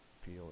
feel